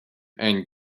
and